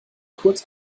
kurz